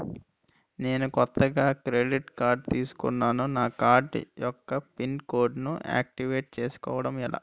నేను కొత్తగా credit card తిస్కున్నా నా కార్డ్ యెక్క పిన్ కోడ్ ను ఆక్టివేట్ చేసుకోవటం ఎలా?